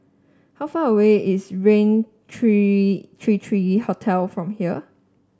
how far away is Raintr Three three three Hotel from here